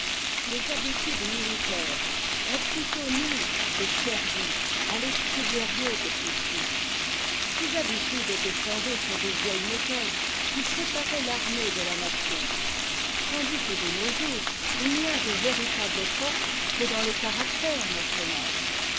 les habitudes militaires ont plutôt nui que servi à l'esprit guerrier des prussiens ces habitudes étaient fondées sur de vieilles méthodes qui séparaient t'armée de la nation tandis que de nos jours iin'yadevét'itable force que dans le caractère national